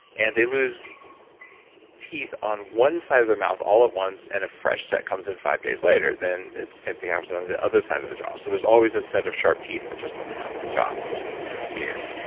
and they lose teeth on one side of their mouth all at once and a fresh set comes in five days later, then it simply happens on the other side of the jaw. so there's always a set of sharp teeth, but just on half the jaw, which is kind of weird.